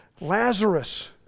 Lazarus